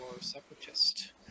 separatist